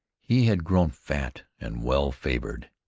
he had grown fat and well-favored.